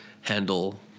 handle